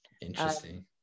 interesting